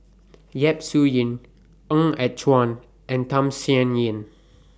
Yap Su Yin Ng Yat Chuan and Tham Sien Yen